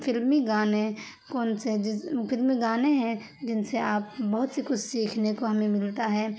فلمی گانے کون سے جس فلمی گانے ہیں جن سے آپ بہت سی کچھ سیکھنے کو ہمیں ملتا ہے